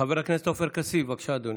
חבר הכנסת עופר כסיף, בבקשה, אדוני.